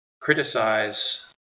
criticize